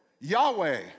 Yahweh